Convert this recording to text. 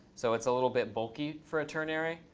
so it's a little bit bulky for a ternary.